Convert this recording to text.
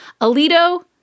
Alito